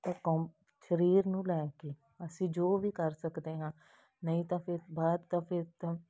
ਅਕੋਂ ਸਰੀਰ ਨੂੰ ਲੈ ਕੇ ਅਸੀਂ ਜੋ ਵੀ ਕਰ ਸਕਦੇ ਹਾਂ ਨਹੀਂ ਤਾਂ ਫਿਰ ਬਾਅਦ ਤਾਂ ਫਿਰ ਤਾਂ